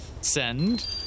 send